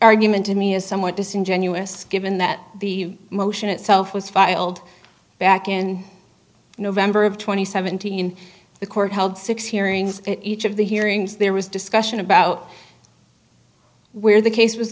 argument to me is somewhat disingenuous given that the motion itself was filed back in november of two thousand and seventeen the court held six hearings in each of the hearings there was discussion about where the case was